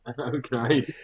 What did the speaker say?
Okay